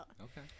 okay